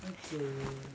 okay